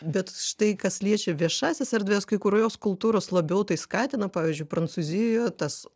bet štai kas liečia viešąsias erdves kai kurios kultūros labiau tai skatina pavyzdžiui prancūzijoje tas